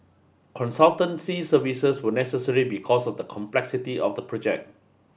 consultancy services were necessary because of the complexity of the project